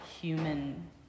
human